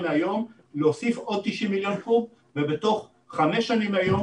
מהיום להוסיף עוד 90 מיליון קוב ובעוד חמש שנים מהיום